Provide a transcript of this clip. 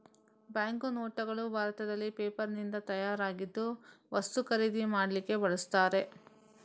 bank ನೋಟುಗಳು ಭಾರತದಲ್ಲಿ ಪೇಪರಿನಿಂದ ತಯಾರಾಗಿದ್ದು ವಸ್ತು ಖರೀದಿ ಮಾಡ್ಲಿಕ್ಕೆ ಬಳಸ್ತಾರೆ